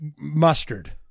mustard